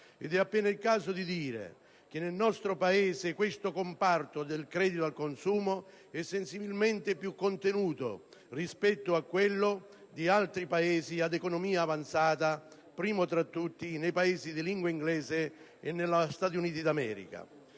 È appena il caso di dire che nel nostro Paese il comparto del credito al consumo è sensibilmente più contenuto rispetto ad altri Paesi ad economia avanzata, primi tra tutti quelli di lingua inglese e gli Stati Uniti d'America.